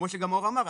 כמו שגם אור אמר,